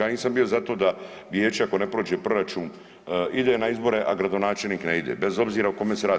Ja nisam bio za to da vijeće ako ne prođe proračun ide na izbore, a gradonačelnik ne ide bez obzira o kome se radi.